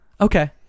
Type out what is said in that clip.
Okay